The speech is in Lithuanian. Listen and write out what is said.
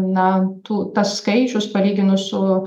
na tų tas skaičius palyginus su